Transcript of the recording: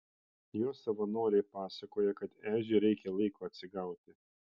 jos savanoriai pasakoja kad ežiui reikia laiko atsigauti